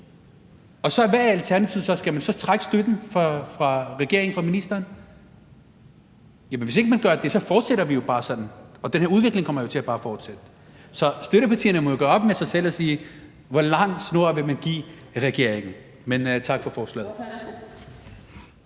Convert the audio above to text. Og hvad er alternativet? Skal man så trække støtten fra regeringen, fra ministeren? Jamen hvis ikke man gør det, fortsætter vi jo bare sådan her, og den her udvikling kommer bare til at fortsætte. Så støttepartierne må jo gøre op med sig selv, hvor lang snor man vil give regeringen. Men tak for forslaget.